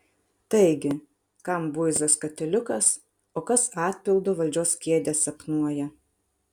taigi kam buizos katiliukas o kas atpildu valdžios kėdę sapnuoja